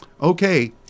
Okay